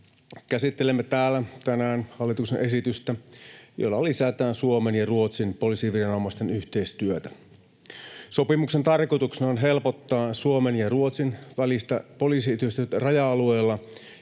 Käsittelemme täällä tänään hallituksen esitystä, jolla lisätään Suomen ja Ruotsin poliisiviranomaisten yhteistyötä. Sopimuksen tarkoituksena on helpottaa Suomen ja Ruotsin välistä poliisiyhteistyötä raja-alueella,